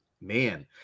man